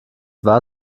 war